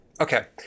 Okay